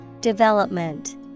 development